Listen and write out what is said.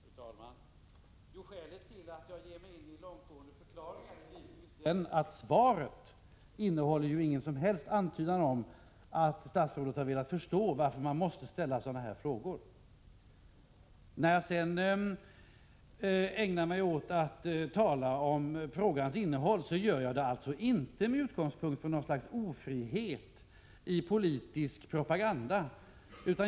Fru talman! Skälet till att jag ger mig in i långtgående förklaringar är givetvis att svaret inte innehåller någon som helst antydan om att statsrådet har velat förstå varför man måste ställa sådana här frågor. När jag sedan ägnar mig åt att tala om frågans innehåll, gör jag det inte med utgångspunkt i något slags ofrihet i fråga om politisk propaganda.